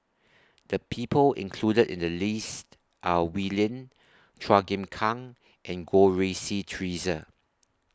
The People included in The list Are Wee Lin Chua Chim Kang and Goh Rui Si Theresa